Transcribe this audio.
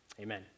Amen